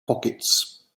pockets